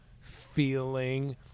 feeling